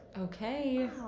Okay